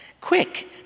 Quick